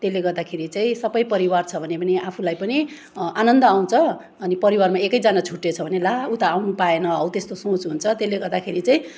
त्यसले गर्दाखेरि चाहिँ सबै परिवार छ भने पनि आफूलाई पनि आनन्द आउँछ अनि परिवारमा एकैजना छुट्टेछ भने ला ऊ त आउनु पाएन हौ त्यस्तो सोच हुन्छ त्यसले गर्दाखेरि चाहिँ